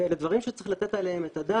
ואלה דברים שצריך לתת עליהם את הדעת.